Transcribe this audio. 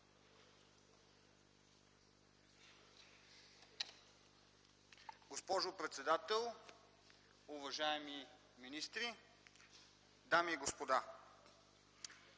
Госпожо председател, уважаеми министри, дами и господа!